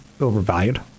overvalued